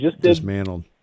dismantled